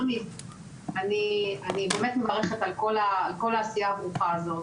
אני באמת מברכת על כל העשייה הברוכה הזאת